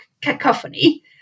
cacophony